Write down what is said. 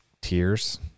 tears